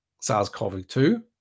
SARS-CoV-2